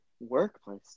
workplace